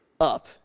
up